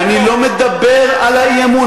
אני לא מדבר על האי-אמון.